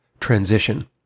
transition